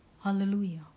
hallelujah